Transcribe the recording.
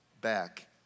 back